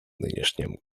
нынешнем